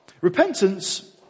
repentance